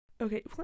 okay